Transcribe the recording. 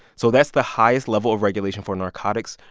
so that's the highest level of regulation for narcotics.